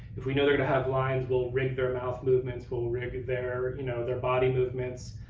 if we know they're gonna have lines, we'll rig their mouth movements, we'll we'll rig their you know their body movements.